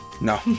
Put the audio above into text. no